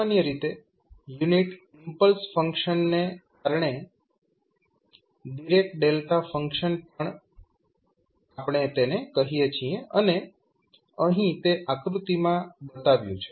સામાન્ય રીતે unit impulse ફંક્શનને આપણે ડીરેક ડેલ્ટા ફંક્શન પણ કહીએ છીએ અને અહીં તે આકૃતિમાં બતાવ્યુ છે